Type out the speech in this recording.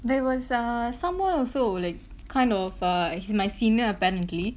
there was uh someone also like kind of uh he's my senior apparently